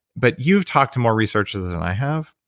but you've talked to more researchers than i have.